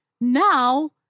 now